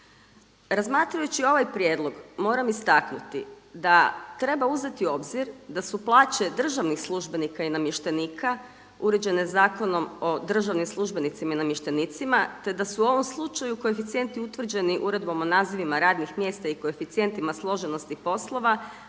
Razmatrajući ovaj prijedlog moram istaknuti da treba uzeti u obzir da su plaće državnih službenika i namještenika uređene Zakonom o državnim službenicima i namještenicima te da su u ovom slučaju koeficijenti utvrđeni Uredbom o nazivima radnih mjesta i koeficijentima složenosti poslova